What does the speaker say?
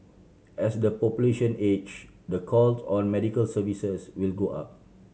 as the population age the calls on medical services will go up